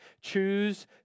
Choose